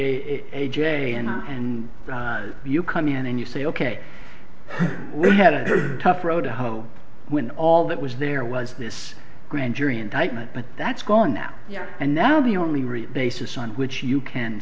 a a j and i and you come in and you say ok we had a tough row to hoe when all that was there was this grand jury indictment but that's gone now and now the only real basis on which you can